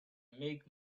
make